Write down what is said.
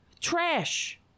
trash